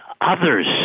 others